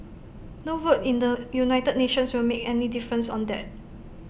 no vote in the united nations will make any difference on that